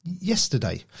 yesterday